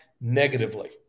negatively